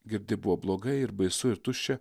girdi buvo blogai ir baisu ir tuščia